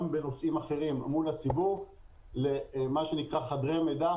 בנושאים אחרים מול הציבור למה שנקרא "חדרי מידע",